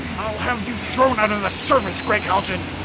i'll have you thrown out of the service, gregg haljan!